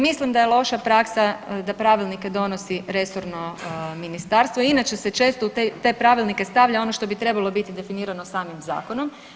Mislim da je loša praska da pravilnike donosi resorno ministarstvo, inače se često u te pravilnike stavlja ono što bi trebalo biti definirano samim zakonom.